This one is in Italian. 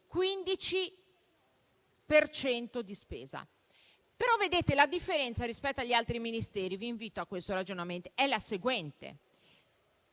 di spesa. Però, vedete, la differenza rispetto agli altri Ministeri - vi invito a questo ragionamento - è la seguente: